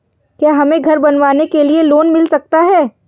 क्या हमें घर बनवाने के लिए लोन मिल सकता है?